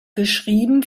geschrieben